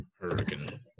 hurricane